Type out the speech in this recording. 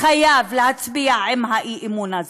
חייב להצביע עם האי-אמון הזה.